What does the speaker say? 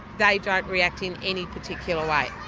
they don't react in any particular way.